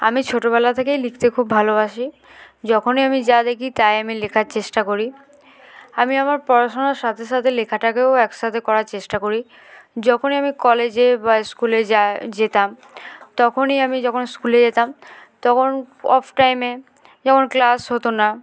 আমি ছোটবেলা থেকেই লিখতে খুব ভালোবাসি যখনই আমি যা দেখি তাই আমি লেখার চেষ্টা করি আমি আমার পড়াশোনার সাতে সাথে লেখাটাকেও একসাথে করার চেষ্টা করি যখনই আমি কলেজে বা স্কুলে যায় যেতাম তখনই আমি যখন স্কুলে যেতাম তখন অফ টাইমে যখন ক্লাস হতো না